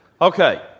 Okay